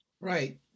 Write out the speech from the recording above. Right